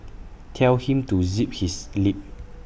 tell him to zip his lip